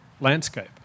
landscape